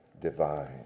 divine